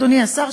אדוני השר,